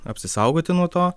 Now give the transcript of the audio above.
apsisaugoti nuo to